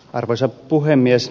arvoisa puhemies